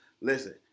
listen